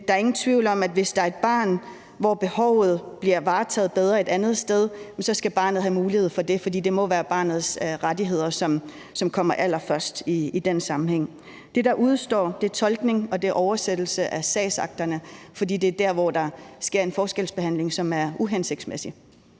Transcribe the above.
der er ingen tvivl om, at hvis der er et barn, hvis behov bliver varetaget bedre et andet sted, så skal barnet have mulighed for det, for det må være barnets rettigheder, som kommer allerførst i den sammenhæng. Det, der udestår, er tolkning og oversættelse af sagsakterne, for det er der, hvor der sker en forskelsbehandling, som er uhensigtsmæssig.